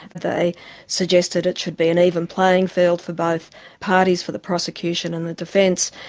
they suggested it should be an even playing field for both parties, for the prosecution and the defence.